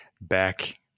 back